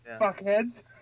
fuckheads